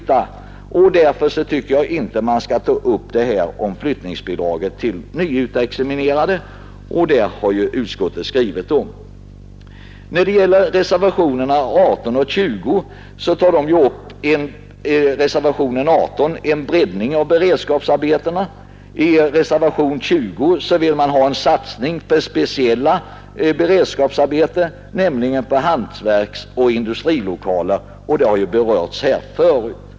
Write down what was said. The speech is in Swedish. Därför tycker jag inte man skall ge flyttningsbidrag till nyexaminerade, och det har också utskottet skrivit. Reservationen 18 tar upp frågan om en breddning av beredskapsarbetena. I reservationen 20 vill man ha en satsning på speciella beredskapsarbeten, nämligen uppförande av hantverksoch industrilokaler. Det har ju berörts här tidigare.